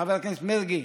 חבר הכנסת מרגי,